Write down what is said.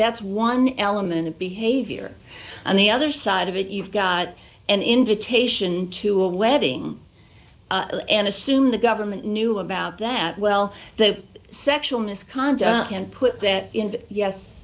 that's one element of behavior on the other side of it you've got an invitation to a wedding and assume the government knew about that well the sexual misconduct and put that